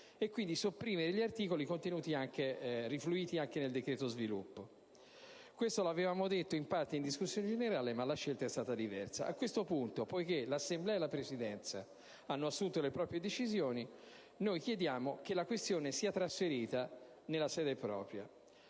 e, quindi, sopprimere gli articoli rifluiti anche nel decreto sviluppo. Lo avevamo detto, in parte, in discussione generale, ma la scelta è stata diversa. A questo punto, poiché l'Assemblea e la Presidenza hanno assunto le proprie decisioni, chiediamo che la questione sia trasferita nella sede propria.